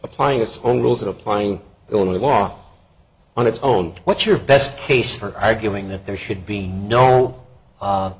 applying its own rules applying only law on its own what's your best case for arguing that there should